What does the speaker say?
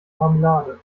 marmelade